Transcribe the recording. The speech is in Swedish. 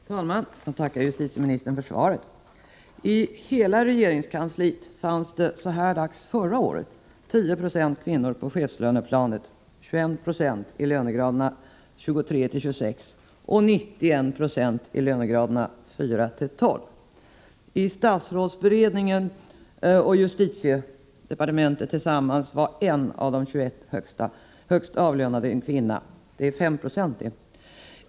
Herr talman! Jag tackar justitieministern för svaret. I hela regeringskansliet fanns det så här dags förra året 10 96 kvinnor på chefslöneplanet och 21 96 i lönegraderna 23-26 samt 91 96 i lönegraderna 4—12. I statsrådsberedningen och justitiedepartementet tillsammans var 1 av de 21 högst avlönade kvinna, dvs. 5 96.